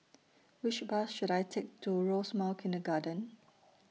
Which Bus should I Take to Rosemount Kindergarten